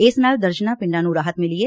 ਇਸ ਨਾਲ ਦਰਜਨਾਂ ਪਿੰਡਾਂ ਨੂੰ ਰਾਹਤ ਮਿਲੀ ਏ